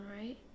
right